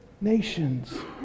Nations